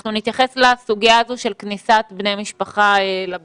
אנחנו נתייחס לסוגיה הזו של כניסת בני משפחה לבתים,